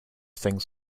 things